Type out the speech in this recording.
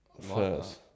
first